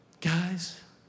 Guys